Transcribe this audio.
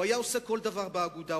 הוא היה עושה כל דבר באגודה,